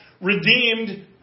redeemed